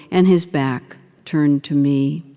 and his back turned to me